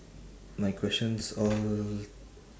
my questions all